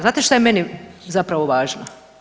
Znate šta je meni zapravo važno?